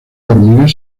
hormigas